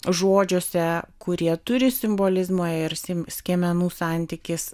žodžiuose kurie turi simbolizmo ir sim skiemenų santykis